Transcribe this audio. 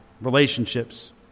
relationships